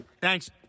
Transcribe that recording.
Thanks